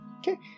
Okay